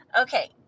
Okay